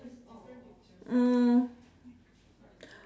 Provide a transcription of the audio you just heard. mm